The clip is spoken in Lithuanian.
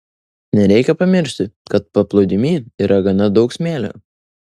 nereikia pamiršti kad paplūdimy yra gana daug smėlio